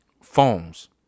Phones